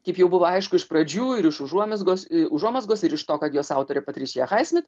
kaip jau buvo aišku iš pradžių ir iš užuomizgos užuomazgos ir iš to kad jos autorė patrišija haismit